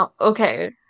okay